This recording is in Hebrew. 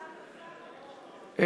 המסך שלי נפל.